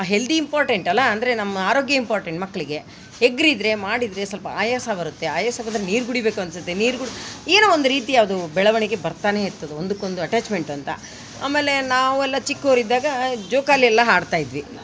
healthy important ಅಲ್ವ ಅಂದರೆ ನಮ್ಮ ಆರೋಗ್ಯ ಇಂಪಾರ್ಟೆಂಟ್ ಮಕ್ಳಿಗೆ ಹಗರಿದ್ರೆ ಮಾಡಿದ್ರೆ ಸ್ವಲ್ಪ ಆಯಾಸ ಬರುತ್ತೆ ಆಯಾಸ ಬಂದರೆ ನೀರು ಕುಡಿಬೇಕು ಅನಿಸುತ್ತೆ ನೀರು ಕುಡ್ದು ಏನೋ ಒಂದು ರೀತಿ ಅದು ಬೆಳವಣಿಗೆ ಬರ್ತಾನೆ ಇರ್ತದೆ ಒಂದುಕ್ಕೊಂದು ಅಟ್ಯಾಚ್ಮೆಂಟ್ ಅಂತ ಆಮೇಲೆ ನಾವು ಎಲ್ಲ ಚಿಕ್ಕೋರು ಇದ್ದಾಗ ಜೋಕಾಲಿ ಎಲ್ಲ ಆಡ್ತಾಯಿದ್ವಿ